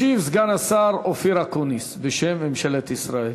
ישיב סגן השר אופיר אקוניס, בשם ממשלת ישראל.